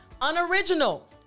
unoriginal